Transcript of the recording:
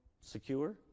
secure